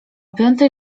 piątej